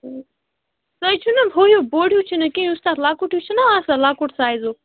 ٹھیٖک تُہۍ چھُو نا ہُہ ہِیٛوٗ بوٚڈ ہِیٛوٗ چھُنہٕ کیٚنٛہہ یُس تَتھ لۅکُٹ ہِیٛوٗ چھُنا آسان لۅکُٹ سایزُک